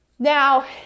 Now